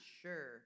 sure